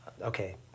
okay